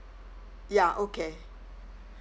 ya okay